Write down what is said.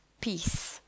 peace